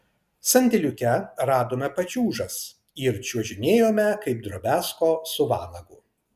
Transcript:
sandėliuke radome pačiūžas ir čiuožinėjome kaip drobiazko su vanagu